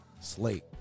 slate